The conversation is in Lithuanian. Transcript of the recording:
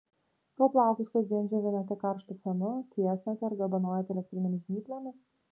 gal plaukus kasdien džiovinate karštu fenu tiesinate ar garbanojate elektrinėmis žnyplėmis